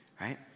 right